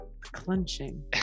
Clenching